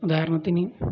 ഉദാഹരണത്തിന്